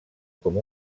com